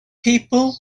people